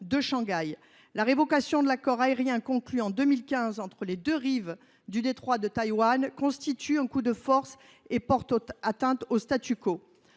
de Shanghai. La révocation de l’accord aérien conclu en 2015 entre les deux rives du détroit de Taïwan constitue un coup de force et porte atteinte au.